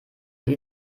die